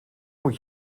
moet